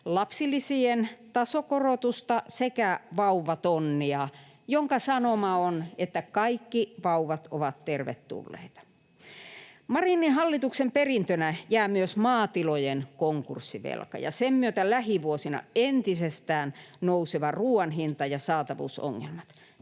lapsilisien tasokorotusta sekä vauvatonnia, jonka sanoma on, että kaikki vauvat ovat tervetulleita. Marinin hallituksen perintönä jää myös maatilojen konkurssivelka ja sen myötä lähivuosina entisestään nouseva ruoan hinta ja saatavuusongelmat.